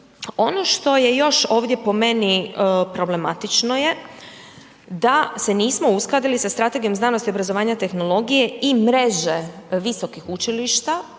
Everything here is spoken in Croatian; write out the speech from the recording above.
ono što je još ovdje po meni problematično je da se nismo uskladili sa strategijom znanosti i obrazovanja i tehnologije i mreže visokih učilišta